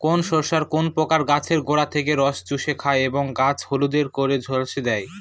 কোন শস্যে কোন পোকা গাছের গোড়া থেকে রস চুষে খায় এবং গাছ হলদে করে ঝলসে দেয়?